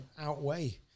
outweigh